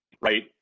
right